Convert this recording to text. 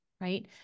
right